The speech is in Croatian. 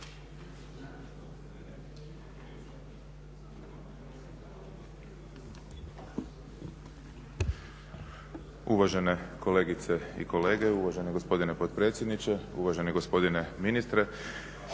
Uvažene kolegice i kolege, uvaženi gospodine potpredsjedniče, uvaženi gospodine ministre.